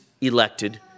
elected